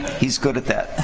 he's good at that